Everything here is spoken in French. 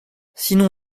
sinon